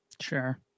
Sure